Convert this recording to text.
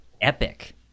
Epic